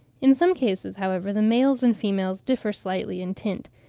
in some cases, however, the males and females differ slightly in tint,